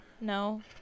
No